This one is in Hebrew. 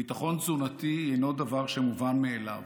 ביטחון תזונתי אינו דבר מובן מאליו.